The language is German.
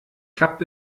klappt